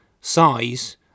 size